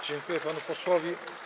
Dziękuję panu posłowi.